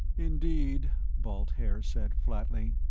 indeed, balt haer said flatly.